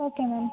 okay madam